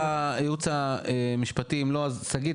רגע, נלך לייעוץ המשפטי, אם לא אז שגית?